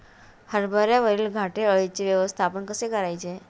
हरभऱ्यावरील घाटे अळीचे व्यवस्थापन कसे करायचे?